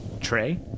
tray